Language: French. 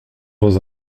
dans